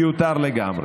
מיותר לגמרי.